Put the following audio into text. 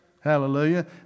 Hallelujah